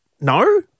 No